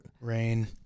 rain